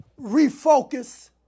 refocus